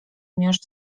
miąższ